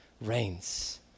reigns